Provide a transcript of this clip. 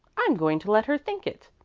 i'm going to let her think it.